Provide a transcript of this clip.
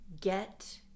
get